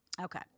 Okay